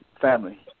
family